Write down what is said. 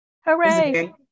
hooray